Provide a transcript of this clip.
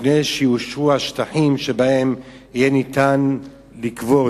לפני שיאושרו שטחים שבהם יהיה אפשר לקבור.